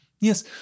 yes